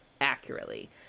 accurately